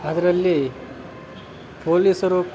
ಅದರಲ್ಲಿ ಪೋಲೀಸರು